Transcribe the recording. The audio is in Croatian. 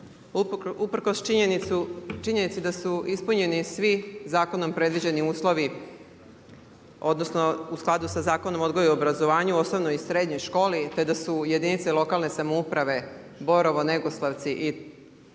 Uprkos činjenici da su ispunjeni svi zakonom predviđeni uslovi, odnosno u skladu sa Zakonom o odgoju i obrazovanju, osnovnoj i srednjoj školi, te da su jedinice lokalne samouprave Borovo, Negoslavci i